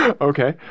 Okay